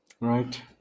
Right